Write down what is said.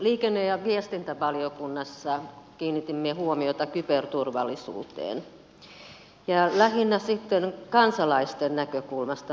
liikenne ja viestintävaliokunnassa kiinnitimme huomiota kyberturvallisuuteen ja lähinnä sitten kansalaisten näkökulmasta mietimme tätä asiaa